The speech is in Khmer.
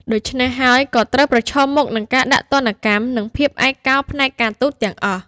ដូច្នេះហើយក៏ត្រូវប្រឈមមុខនឹងការដាក់ទណ្ឌកម្ម និងភាពឯកោផ្នែកការទូតទាំងអស់ ។